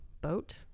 boat